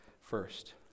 first